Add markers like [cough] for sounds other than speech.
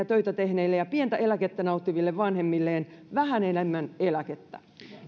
[unintelligible] töitä tehneille ja pientä eläkettä nauttiville vanhemmilleen vähän enemmän eläkettä